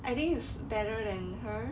I think it's better than her